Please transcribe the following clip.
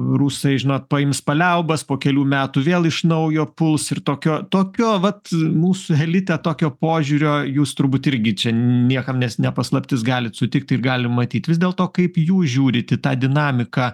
rusai žinot paims paliaubas po kelių metų vėl iš naujo puls ir tokio tokio vat mūsų elite tokio požiūrio jūs turbūt irgi čia niekam nes ne paslaptis galit sutikti ir galim matyt vis dėlto kaip jūs žiūrit į tą dinamiką